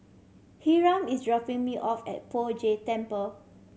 hiram is dropping me off at Poh Jay Temple